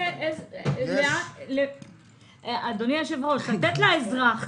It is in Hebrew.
לתת לאזרח